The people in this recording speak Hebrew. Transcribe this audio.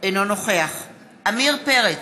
אינו נוכח עמיר פרץ,